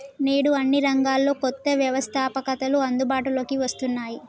నేడు అన్ని రంగాల్లో కొత్త వ్యవస్తాపకతలు అందుబాటులోకి వస్తున్నాయి